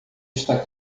está